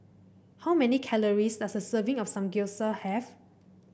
how many calories does a serving of Samgyeopsal have